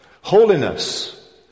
holiness